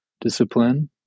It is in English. discipline